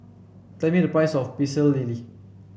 tell me the price of Pecel Lele